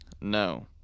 No